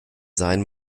sein